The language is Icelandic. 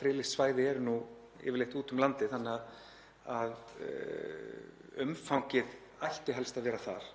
friðlýst svæði eru nú yfirleitt úti um landið þannig að umfangið ætti helst að vera þar.